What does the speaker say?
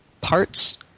parts